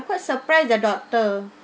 I'm quite surprised the doctor